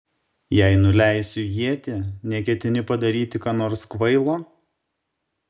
jei nuleisiu ietį neketini padaryti ką nors kvailo